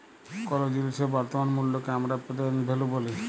কোলো জিলিসের বর্তমান মুল্লকে হামরা প্রেসেন্ট ভ্যালু ব্যলি